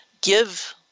give